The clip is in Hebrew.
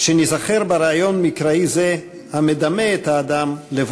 שנאמר: "ויברא אלוהים את האדם בצלמו,